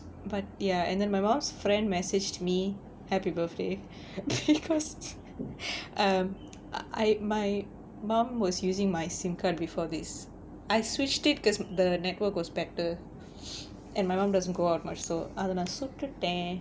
but ya and then my mom's friend messaged me happy birthday because um I my mom was using my S_I_M card before this I switched it because the network was better and my mom doesn't go out much so அத நான் சுட்டுடேன்:atha naan suttuttaen